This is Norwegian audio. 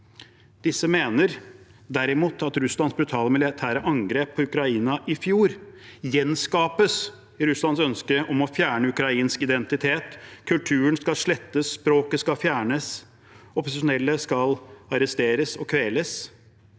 mener derimot at i lys av Russlands brutale militære angrep på Ukraina i fjor gjenskapes Russlands ønske om å fjerne ukrainsk identitet. Kulturen skal slettes, språket skal fjernes, opposisjonelle skal arresteres og kveles